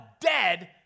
dead